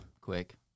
quick